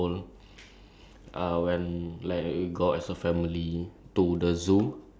so called I remember there's this one experie~ uh one time I think when I was like